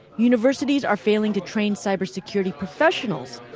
universities are failing to train cybersecurity professionals,